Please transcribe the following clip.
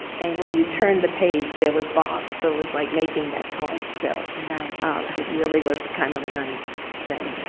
and when you turn the page, there was bob. so it was like making that point. so um it was kind of a nice thing.